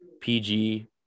PG